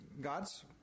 God's